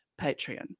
Patreon